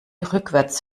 rückwärts